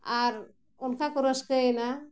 ᱟᱨ ᱚᱱᱠᱟ ᱠᱚ ᱨᱟᱹᱥᱠᱟᱹᱭᱮᱱᱟ